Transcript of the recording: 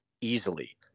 easily